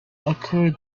occurred